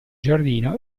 giardino